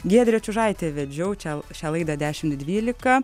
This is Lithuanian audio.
giedrė čiužaitė vedžiau čia šią laidą dešimt dvylika